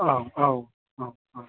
औ औ औ औ